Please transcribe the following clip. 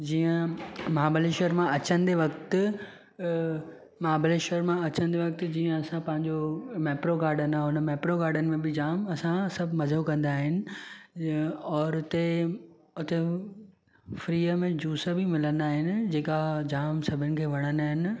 जीअं महाबलेश्वर मां अचंदे वक़्तु महाबलेश्वर मां अचंदे वक़्तु जीअं असां पंहिंजो मैपरो गार्डन आहे हुन मैपरो गार्डन में बि जाम असां सभु मज़ो कंदा आहिनि और हुते हुते फ्रीअ में जूस बि मिलंदा आहिनि जेका जाम सभिनी खे वणंदा आहिनि